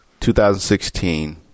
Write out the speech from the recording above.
2016